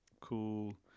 cool